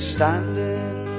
Standing